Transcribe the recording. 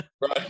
right